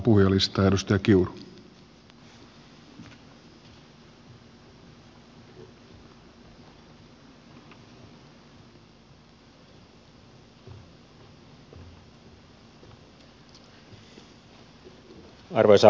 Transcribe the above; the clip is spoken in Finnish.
arvoisa herra puhemies